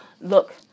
look